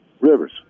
Rivers